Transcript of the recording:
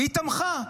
היא תמכה.